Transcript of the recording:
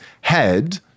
head